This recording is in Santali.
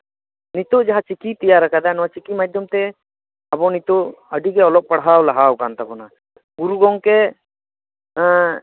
ᱱᱤᱛᱳᱜ ᱡᱟᱦᱟᱸ ᱪᱤᱠᱤᱭ ᱛᱮᱭᱟᱨᱟᱠᱟᱫᱟ ᱱᱚᱣᱟ ᱪᱤᱠᱤ ᱢᱟᱫᱽᱫᱷᱚᱢᱛᱮ ᱟᱵᱚ ᱱᱤᱛᱳᱜ ᱟᱹᱰᱤ ᱜᱮ ᱚᱞᱚᱜ ᱯᱟᱲᱦᱟᱣ ᱞᱟᱦᱟᱣᱟᱠᱟᱱ ᱛᱟᱵᱚᱱᱟ ᱜᱩᱨᱩ ᱜᱚᱝᱠᱮ